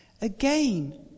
Again